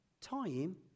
time